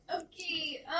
Okay